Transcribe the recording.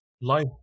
life